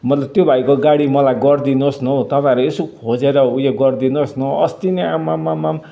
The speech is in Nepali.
मतलब त्यो भाइको गाडी मलाई गरिदिनुहोस् न हौ तपाईँहरू यसो खोजेर ऊ यो गरिदिनुहोस् न हौ अस्ति नै आम्मामाम